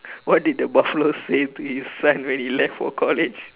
what did the buffalo say to his son when he left for college